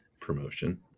promotion